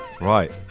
Right